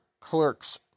clerks